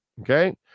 okay